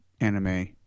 anime